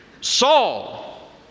saul